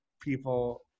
people